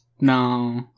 No